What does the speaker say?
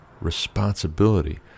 responsibility